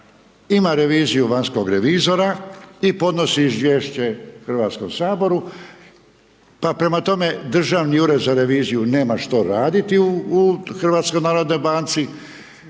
ima reviziju vanjskog revizora i podnosi izvješće Hrvatskom saboru. Pa prema tome Državni ured za reviziju nema što raditi u HNB-u, nego revidira